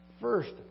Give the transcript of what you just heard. First